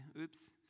Oops